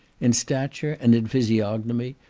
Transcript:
in stature, and in physiognomy,